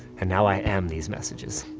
and now i am these messages,